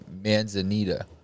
Manzanita